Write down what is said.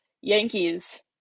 Yankees